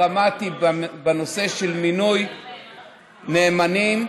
דרמטי בנושא של מינוי נאמנים,